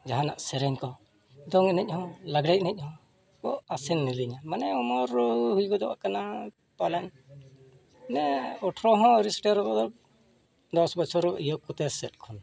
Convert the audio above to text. ᱡᱟᱦᱟᱱᱟᱜ ᱥᱮᱨᱮᱧ ᱫᱚ ᱫᱚᱝ ᱮᱱᱮᱡ ᱦᱚᱸ ᱞᱟᱜᱽᱲᱮ ᱮᱱᱮᱡ ᱦᱚᱸᱠᱚ ᱟᱥᱮᱱ ᱞᱤᱫᱤᱧᱟ ᱢᱟᱱᱮ ᱩᱢᱮᱹᱨ ᱦᱩᱭ ᱜᱚᱫᱚᱜ ᱠᱟᱱᱟ ᱯᱟᱞᱮᱱ ᱟᱴᱷᱨᱚ ᱦᱚᱸ ᱟᱹᱣᱨᱤ ᱥᱮᱴᱮᱨᱚᱜᱼᱟ ᱫᱚᱥ ᱵᱚᱪᱷᱚᱨ ᱦᱚᱸ ᱮᱦᱚᱵ ᱠᱚᱛᱮ ᱥᱮᱫ ᱠᱷᱚᱱ